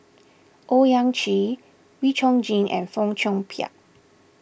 Owyang Chi Wee Chong Jin and Fong Chong Pik